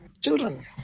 children